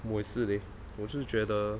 我也是 leh 我是觉得